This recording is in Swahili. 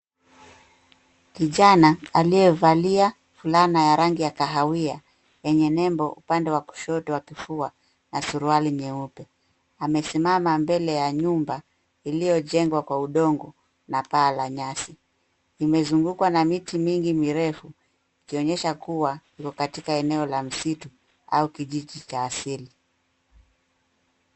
Kijana aliye valia fulana ya rangi ya kahawia yenye nembo upande wa kushoto wa kifua na suruali nyeupe. Amesimama mbele ya nyumba iliyojengwa kwa udongo na paa la nyasi, imezungukwa na miti mingi mirefu ikionyesha kuwa iko katika eneo la msitu au kijiji cha asili.